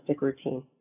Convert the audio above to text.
routine